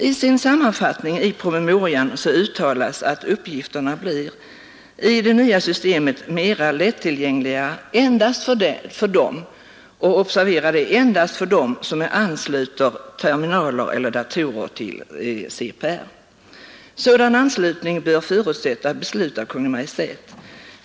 I sammanfattningen i promemorian uttalas, att uppgifterna i det nya systemet blir mera lättillgängliga endast för dem — observera det — som ansluter terminaler eller datorer till CPR. Sådan anslutning bör förutsätta beslut av Kungl. Maj:t.